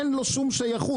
אין לו שום שייכות,